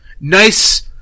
nice